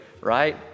right